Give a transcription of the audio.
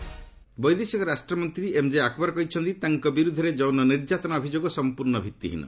MJ Akbar ବୈଦେଶିକ ରାଷ୍ଟ୍ରମନ୍ତ୍ରୀ MJ Akbar କହିଛନ୍ତି ତାଙ୍କ ବିରୁଦ୍ଧରେ ଯୌନ ନିର୍ଯାତନା ଅଭିଯୋଗ ସମ୍ପର୍ଣ୍ଣ ଭିଭିହୀନ